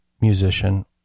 musician